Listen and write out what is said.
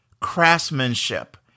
craftsmanship